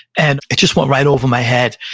and it just went right over my head.